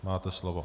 Máte slovo.